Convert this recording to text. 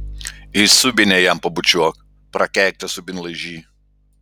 į subinę jam pabučiuok prakeiktas subinlaižy